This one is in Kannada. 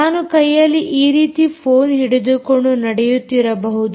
ನಾನು ಕೈಯಲ್ಲಿ ಈ ರೀತಿ ಫೋನ್ ಹಿಡಿದುಕೊಂಡು ನಡೆಯುತ್ತಿರಬಹುದು